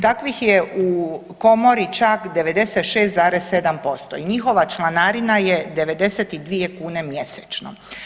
Takvih je u komori čak 96,7% i njihova članarina je 92 kune mjesečno.